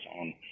on